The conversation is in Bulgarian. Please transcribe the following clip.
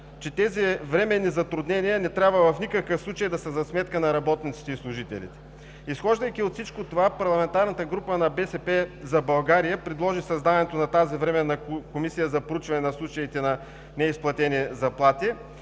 че тези временни затруднения не трябва в никакъв случай да са за сметка на работниците и служителите. Изхождайки от всичко това, парламентарната група на „БСП за България“ предложи създаването на Временната комисия за проучване на случаите на неизплатени заплати.